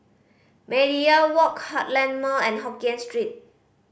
Media Walk Heartland Mall and Hokkien Street